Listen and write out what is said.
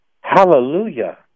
Hallelujah